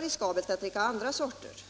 riskabelt att dricka andra sorter.